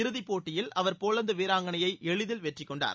இறுதிப்போட்டியில் அவர் போலந்து வீராங்கனையை எளிதில் வெற்றிக்கொண்டார்